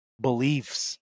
beliefs